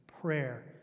prayer